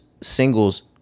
singles